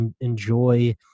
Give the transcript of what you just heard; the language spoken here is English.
enjoy